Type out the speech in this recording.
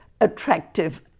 attractive